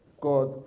God